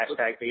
Hashtag